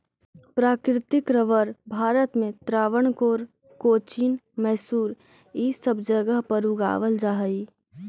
प्राकृतिक रबर भारत में त्रावणकोर, कोचीन, मैसूर इ सब जगह पर उगावल जा हई